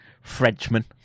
Frenchman